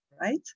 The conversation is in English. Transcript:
right